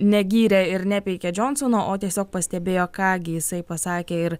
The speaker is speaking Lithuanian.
negyrė ir nepeikė džonsono o tiesiog pastebėjo ką gi jisai pasakė ir